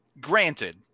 granted